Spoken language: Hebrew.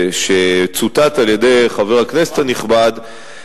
שצוטט על-ידי חבר הכנסת הנכבד,